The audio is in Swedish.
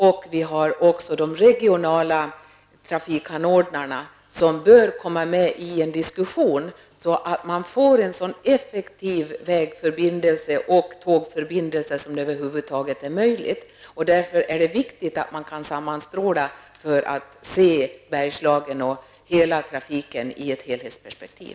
Dels har vi de regionala trafikanordnarna, som bör komma med i diskussionen, så att man får en så effektiv vägförbindelse och tågförbindelse som det över huvud taget är möjligt. Därför är det viktigt att man sammanstrålar för att se Bergslagen och hela trafiken i ett helhetsperspektiv.